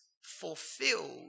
fulfilled